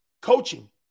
Coaching